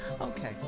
Okay